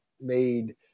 made